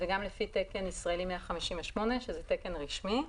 וגם לפי תקן ישראלי 158, שזה תקן רשמי,